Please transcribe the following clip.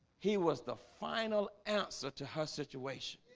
he was the final answer to her situation